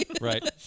right